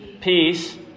peace